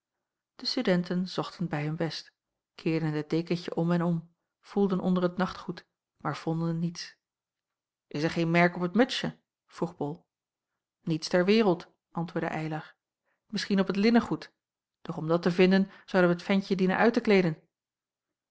de studenten zochten bij hun best keerden het dekentje om en om voelden onder het nachtgoed maar vonden niets is er geen merk op het mutsje vroeg bol niets ter wereld antwoordde eylar misschien op het linnengoed doch om dat te vinden zouden wij het ventje dienen uit te kleeden